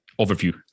overview